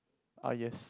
ah yes